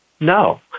No